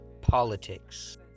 Politics